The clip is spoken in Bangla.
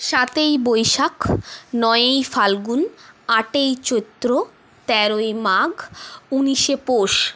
সাতই বৈশাখ নয়ই ফাল্গুণ আটই চৈত্র তেরোই মাঘ উনিশে পৌষ